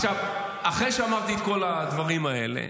אחרי שאמרתי את כל הדברים האלה,